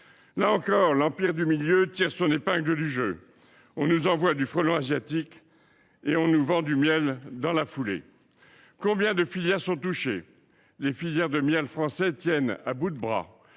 Là encore, l’Empire du Milieu tire son épingle du jeu. On nous envoie du frelon asiatique et on nous vend du miel dans la foulée. Les filières du miel français tiennent à bout de bras,